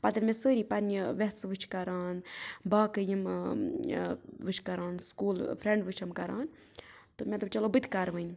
پَتہٕ ییٚلہِ مےٚ سٲری پَننہِ ویٚسہٕ وُچھہِ کَران باقٕے یِم ٲں وُچھ کَران سکوٗل فرٛیٚنٛڈ وُچھم کَران تہٕ مےٚ دوٚپ چلو بہٕ تہِ کَرٕ وۄنۍ